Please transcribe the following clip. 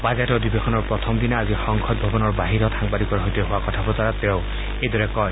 budget অধিবেশনৰ প্ৰথম দিনা আদি আজি সংসদৰ বাহিৰত সাংবাদিকৰ সৈতে হোৱা কথা বতৰাত তেওঁ এইদৰে কয়